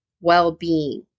well-being